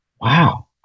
wow